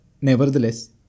nevertheless